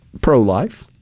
pro-life